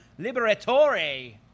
Liberatore